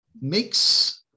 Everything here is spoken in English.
makes